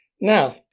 Now